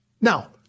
Now